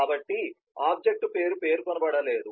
కాబట్టి ఆబ్జెక్ట్ పేరు పేర్కొనబడలేదు